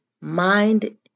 Mind